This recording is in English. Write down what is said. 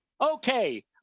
Okay